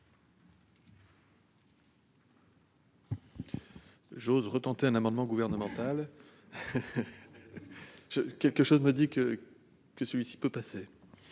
de nouveau un amendement gouvernemental ... Quelque chose me dit que celui-ci peut passer